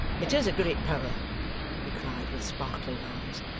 it is a great power he cried with sparkling eyes.